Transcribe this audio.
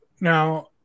Now